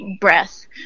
breath